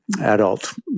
adult